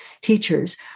teachers